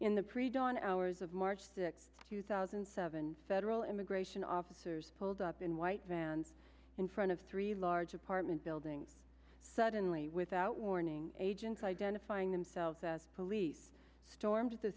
in the predawn hours of march sixth two thousand and seven federal immigration officers pulled up in white vans in front of three large apartment building suddenly without warning agents identifying themselves as police stormed